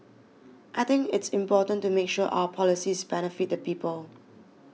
I think it's important to make sure our policies benefit the people